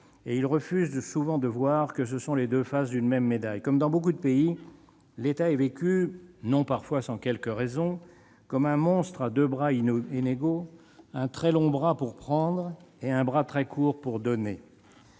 et ils refusent souvent de voir que ce sont les deux faces d'une même médaille. Comme dans beaucoup de pays, l'État est vécu, non parfois sans quelque raison, comme un monstre à deux bras inégaux, un très long bras pour prendre et un bras très court pour donner.